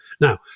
Now